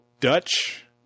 Dutch